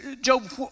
Job